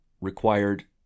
required